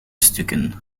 stukken